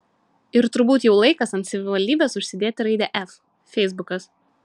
ir turbūt jau laikas ant savivaldybės užsidėti raidę f feisbukas